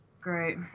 Great